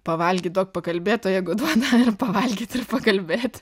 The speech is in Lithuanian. pavalgyt duok pakalbėt o jeigu duoda pavalgyt ir pakalbėt